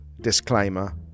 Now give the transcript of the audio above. disclaimer